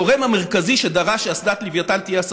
הגורם המרכזי שדרש שאסדת לווייתן תהיה 10